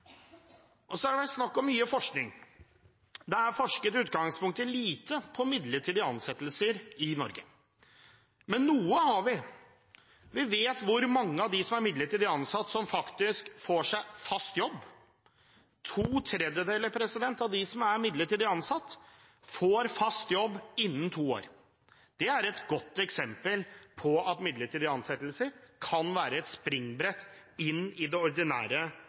behov. Så har det vært mye snakk om forskning. Det er i utgangspunktet forsket lite på midlertidige ansettelser i Norge, men noe har vi. Vi vet hvor mange av dem som er midlertidig ansatt, som faktisk får seg fast jobb. To tredjedeler av dem som er midlertidig ansatt, får fast jobb innen to år. Det er et godt eksempel på at midlertidige ansettelser kan være et springbrett inn i det ordinære